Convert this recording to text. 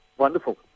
Wonderful